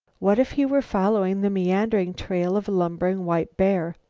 what if he were following the meandering trail of a lumbering white bear?